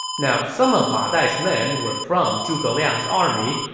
now, some of ma dai's men were from zhuge liang's army,